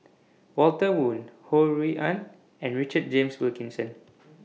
Walter Woon Ho Rui An and Richard James Wilkinson